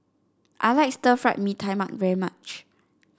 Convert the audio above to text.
I like Stir Fried Mee Tai Mak very much